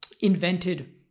invented